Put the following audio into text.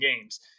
games